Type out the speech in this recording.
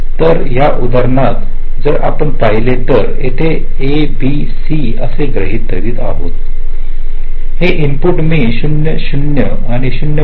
तर या उदाहरणात जर आपण पाहिले तर येथे आपण हे a b c असे गृहित धरत आहात हे इनपुट मी त्यांना 0 0 आणि 0